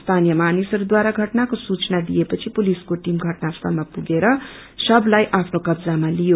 स्थानीय मानिसहरूद्वारा घटनको सूचना दिएपछि पुलिसको टिम घटना स्थलामा पुगेर शवलाई आफ्नो कब्जामा लियो